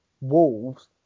Wolves